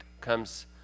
comes